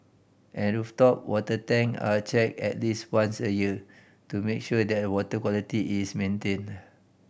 and rooftop water tank are checked at least once a year to make sure that water quality is maintained